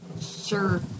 Sure